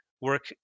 work